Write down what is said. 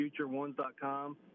futureones.com